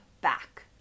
back